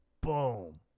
boom